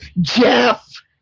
Jeff